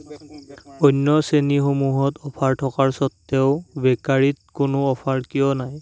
অন্য শ্ৰেণীসমূহত অফাৰ থকাৰ স্বত্তেও বেকাৰীত কোনো অফাৰ কিয় নাই